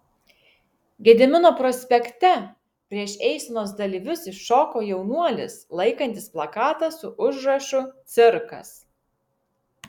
gedimino prospekte prieš eisenos dalyvius iššoko jaunuolis laikantis plakatą su užrašu cirkas